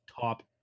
top